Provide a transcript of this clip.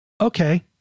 Okay